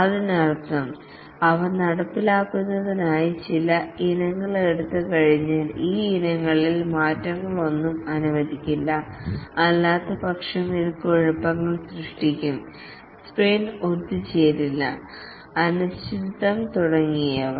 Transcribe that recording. അതിനർത്ഥം അവ നടപ്പിലാക്കുന്നതിനായി ചില ഇനങ്ങൾ എടുത്തുകഴിഞ്ഞാൽ ഈ ഇനങ്ങളിൽ മാറ്റങ്ങളൊന്നും അനുവദിക്കില്ല അല്ലാത്തപക്ഷം ഇത് കുഴപ്പങ്ങൾ സൃഷ്ടിക്കും സ്പ്രിന്റ് ഒത്തുചേരില്ല അനിശ്ചിതത്വം തുടങ്ങിയവ